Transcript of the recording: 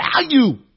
value